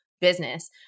business